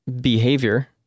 behavior